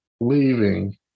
leaving